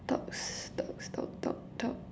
talks talk talk talk talk